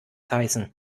heißen